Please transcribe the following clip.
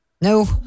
No